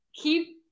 keep